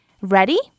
Ready